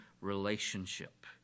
relationship